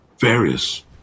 various